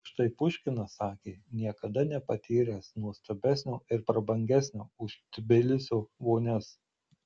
o štai puškinas sakė niekada nepatyręs nieko nuostabesnio ir prabangesnio už tbilisio vonias